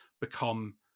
become